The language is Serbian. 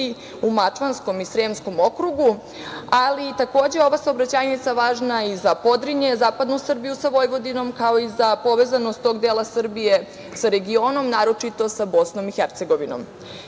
u Mačvanskom i Sremskom okrugu, ali takođe je ova saobraćajnica važna za Podrinje, zapadnu Srbiju sa Vojvodinom, kao i za povezanost tog dela Srbije sa regionom, naročito sa BiH.Samo